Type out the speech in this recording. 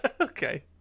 Okay